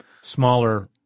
smaller